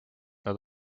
nad